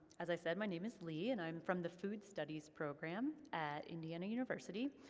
as i said, my name is leigh and i'm from the food studies program at indiana university.